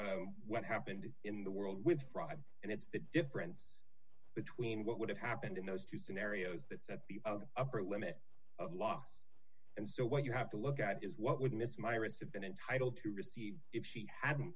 what happened in the world with fraud and it's the difference between what would have happened in those two scenarios that sets the upper limit loss and so what you have to look at is what would miss myra's have been entitled to receive if she hadn't